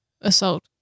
assault